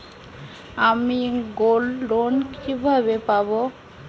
আমি গোল্ডলোন কিভাবে পাব?